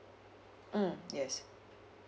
mm yes